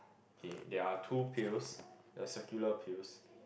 okay there are two pills the circular pills